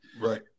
Right